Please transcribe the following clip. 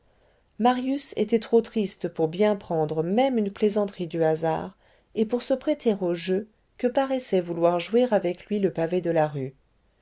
marius était trop triste pour bien prendre même une plaisanterie du hasard et pour se prêter au jeu que paraissait vouloir jouer avec lui le pavé de la rue